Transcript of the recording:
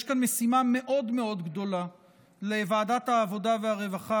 יש כאן משימה מאוד מאוד גדולה לוועדת העבודה והרווחה